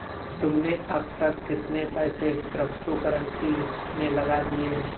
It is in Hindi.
तुमने अब तक कितने पैसे क्रिप्टो कर्नसी में लगा दिए हैं?